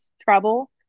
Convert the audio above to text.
travel